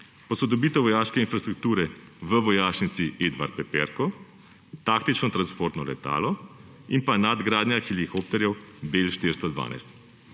posodobitev vojaške infrastrukture v Vojašnici Edvarda Peperka, taktično transportno letalo in pa nadgradnja helikopterjev Bell 412.